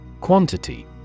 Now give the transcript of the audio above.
Quantity